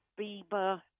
Bieber